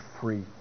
free